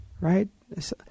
right